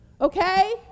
Okay